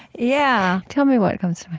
yeah tell me what comes